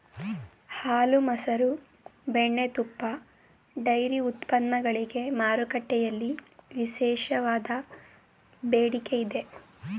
ಹಾಲು, ಮಸರು, ಬೆಣ್ಣೆ, ತುಪ್ಪ, ಡೈರಿ ಉತ್ಪನ್ನಗಳಿಗೆ ಮಾರುಕಟ್ಟೆಯಲ್ಲಿ ವಿಶೇಷವಾದ ಬೇಡಿಕೆ ಇದೆ